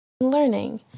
learning